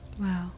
Wow